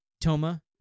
Toma